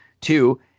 Two